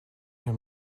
him